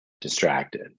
distracted